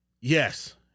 Yes